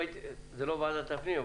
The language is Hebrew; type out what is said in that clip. זה לא ועדת הפנים,